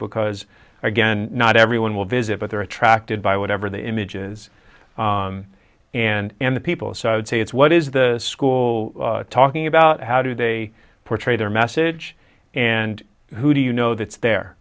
because again not everyone will visit but they're attracted by whatever the images and the people are so i would say it's what is the school talking about how do they portray their message and who do you know that's the